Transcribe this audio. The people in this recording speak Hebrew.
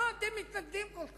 מה אתם מתנגדים כל כך?